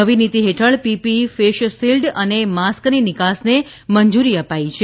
નવી નીતી ફેઠળ પીપીઈ ફેસ શિલ્ડ અને માસ્કની નિકાસને મંજૂરી અપાઈ છે